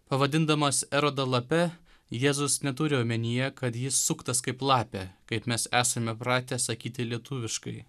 pavadindamas erodą lape jėzus neturi omenyje kad jis suktas kaip lapė kaip mes esame pratę sakyti lietuviškai